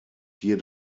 hier